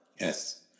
Yes